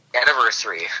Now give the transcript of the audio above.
anniversary